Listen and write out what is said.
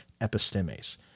epistemes